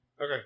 Okay